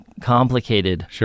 complicated